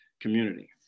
community